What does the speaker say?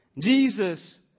Jesus